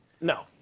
No